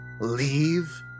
leave